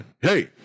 Hey